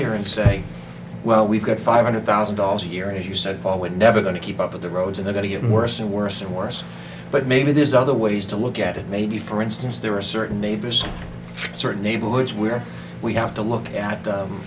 here and say well we've got five hundred thousand dollars a year as you said or we're never going to keep up with the roads and they got to get worse and worse and worse but maybe there's other ways to look at it maybe for instance there are certain neighbors certain neighborhoods where we have to look at